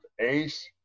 ACE